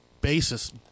basis